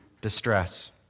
distress